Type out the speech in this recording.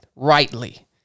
Rightly